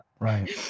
Right